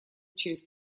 через